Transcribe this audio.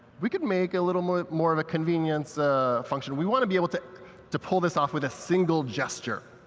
we could make a little more more of a convenience function. we want to be able to to pull this off with a single gesture.